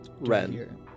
Ren